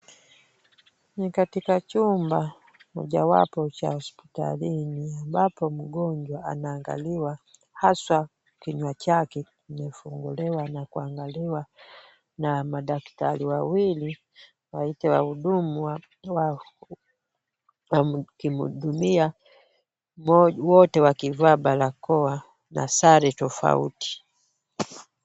Ni katika chumba moja wapo cha hospitalini ambapo mgonjwa anaangaliwa haswa kinywa chake kimefunguliwa na kuangaliwa na madaktari wawili wahuduma wakimhudumia wote wakivaa barakoa na sare tofauti.